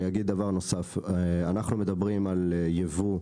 אני אגיד דבר נוסף, אנחנו מדברים על יבוא,